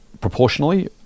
proportionally